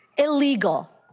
illegal.